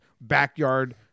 backyard